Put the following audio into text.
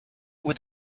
with